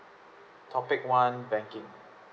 topic one banking